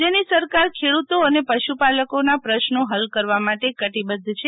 રાજ્યની સરકાર્ટ ખેડૂતો અને પશુપાલકોના પ્રશ્નો હલ કરવા માટે કટિબધ્ધ છે